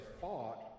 fought